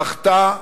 זכתה,